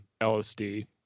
LSD